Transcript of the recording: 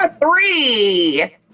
Three